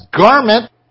garment